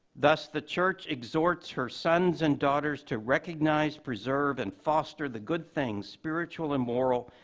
thus, the church exhorts her sons and daughters to recognize, preserve, and foster the good things, spiritual and moral,